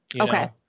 okay